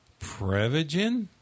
Prevagen